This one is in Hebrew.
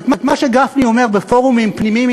אבל מה שגפני אומר בפורומים פנימיים